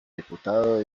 diputado